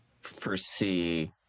foresee